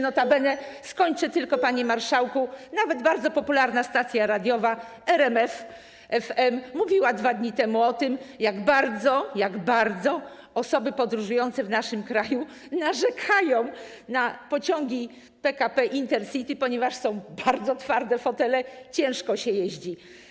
Nota bene - skończę tylko, panie marszałku - nawet bardzo popularna stacja radiowa RMF FM mówiła 2 dni temu o tym, jak bardzo osoby podróżujące w naszym kraju narzekają na pociągi PKP Intercity, ponieważ są bardzo twarde fotele, ciężko się jeździ.